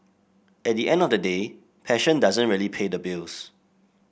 at the end of the day passion doesn't really pay the bills